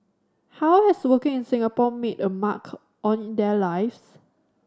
how has working in Singapore made a mark on their lives